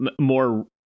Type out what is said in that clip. more